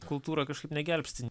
kultūra kažkaip negelbsti